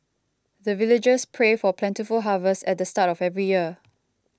the villagers pray for plentiful harvest at the start of every year